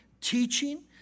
teaching